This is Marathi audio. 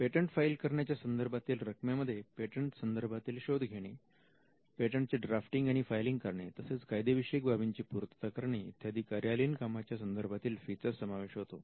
पेटंट फाईल करण्याच्या संदर्भातील रक्कमेमध्ये पेटंट संदर्भातील शोध घेणे पेटंटचे ड्राफ्टिंग आणि फायलिंग करणे तसेच कायदेविषयक बाबींची पूर्तता करणे इत्यादी कार्यालयीन कामाच्या संदर्भातील फी चा समावेश होतो